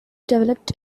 developed